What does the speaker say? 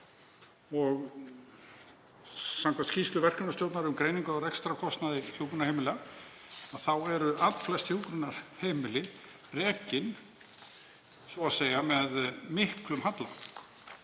sig. Samkvæmt skýrslu verkefnisstjórnar um greiningu á rekstrarkostnaði hjúkrunarheimila eru allflest hjúkrunarheimili rekin svo að segja með miklum halla.